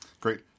Great